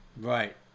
Right